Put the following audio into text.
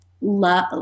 love